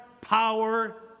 power